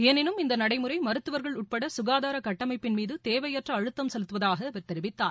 எனினும் இந்த நடைமுறை மருத்துவர்கள் உட்பட சுகாதார கட்டமைப்பின் மீது தேவையற்ற அழுத்தம் செலுத்துவதாக அவர் தெரிவித்தார்